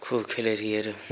खूब खेलय रहियै रऽ